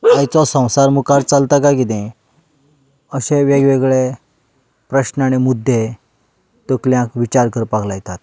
आयचो संवसार मुखार चलता काय कितें अशे वेगवेगळे प्रस्न आनी मुद्दे तकलेंत विचार करपाक लायतात